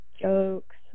jokes